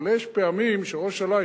אבל יש פעמים שראש הממשלה,